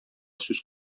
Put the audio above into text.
сүз